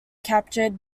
captured